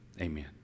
Amen